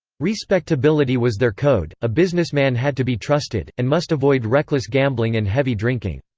respectability was their code a businessman had to be trusted, and must avoid reckless gambling and heavy drinking.